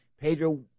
Pedro